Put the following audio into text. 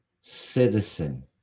citizen